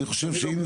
אני אגיד אולי